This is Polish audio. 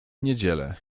niedzielę